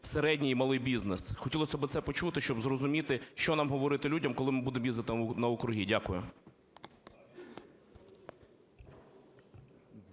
середній і малий бізнес. Хотілось би це почути, щоб зрозуміти, що нам говорити людям, коли ми будемо їздити на округи. Дякую.